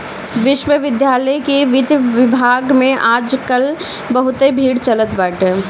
विश्वविद्यालय के वित्त विभाग में आज काल बहुते भीड़ चलत बाटे